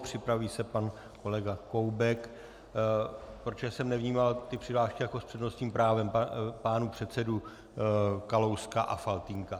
Připraví se pan kolega Koubek, protože jsem nevnímal ty přednášky jako s přednostním právem pánů předsedů Kalouska a Faltýnka.